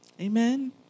Amen